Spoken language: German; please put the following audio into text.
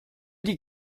die